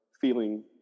feeling